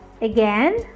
Again